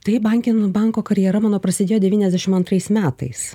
taip banke nu banko karjera mano prasidėjo devyniasdešim antrais metais